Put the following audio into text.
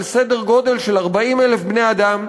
על סדר גודל של 40,000 בני-אדם,